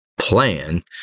plan